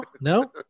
no